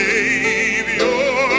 Savior